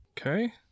Okay